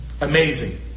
Amazing